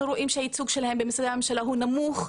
רואים שהייצוג שלהם במשרדי הממשלה הוא נמוך,